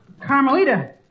Carmelita